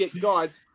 guys